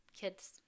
kids